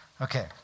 Okay